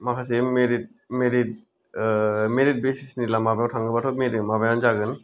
माखासे merit merit basis नि लामा माबायाव थाङोबाथ' मेरिट माबायानो जागोन